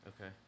Okay